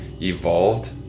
evolved